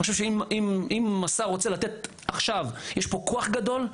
אני חושב שאם השר רוצה לתת עכשיו כוח גדול,